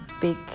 big